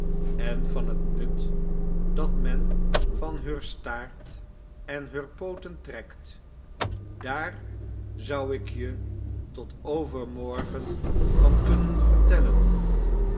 en van t nut dat men van heur staart en heur pooten trekt daar zou ik je tot overmorgen van kunnen vertellen